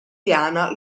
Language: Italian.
piana